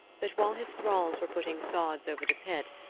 but while his thralls were putting sods over the pit,